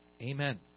Amen